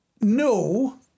No